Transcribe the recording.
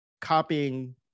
copying